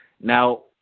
now –